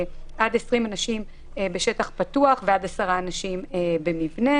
עד 20 אנשים בשטח פתוח ועד 10 אנשים במבנה